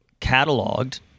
cataloged